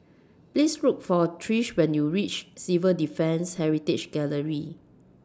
Please Look For Trish when YOU REACH Civil Defence Heritage Gallery